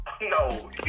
no